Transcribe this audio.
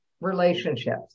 relationships